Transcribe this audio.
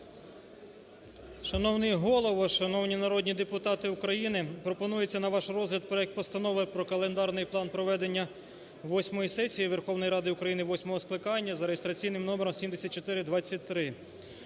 Шановний Голово! Шановні народні депутати України! Пропонується на ваш розгляд проект Постанови про календарний план проведення восьмої сесії Верховної Ради України восьмого скликання за реєстраційним номером 7423.